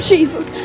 Jesus